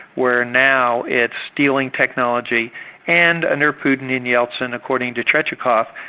where now it's stealing technology and under putin and yeltsin according to tretyakov,